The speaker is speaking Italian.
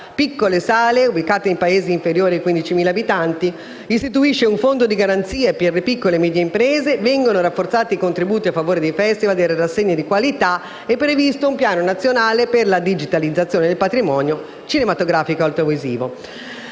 piccole sale ubicate in paesi inferiori ai 15.000 abitanti. Si istituisce poi un fondo di garanzia per le piccole e medie imprese; vengono rafforzati i contributi a favore dei *festival* e delle rassegne di qualità; è previsto un piano straordinario per la digitalizzazione del patrimonio cinematografico e audiovisivo.